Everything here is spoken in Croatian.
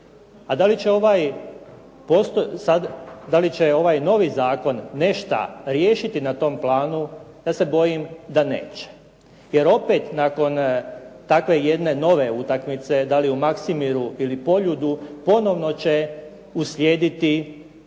da li će ovaj novi zakon nešto riješiti na tom planu ja se bojim da neće. Jer opet nakon takve jedne nove utakmice da li u Maksimiru ili Poljudu ponovno će uslijediti i